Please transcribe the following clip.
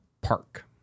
park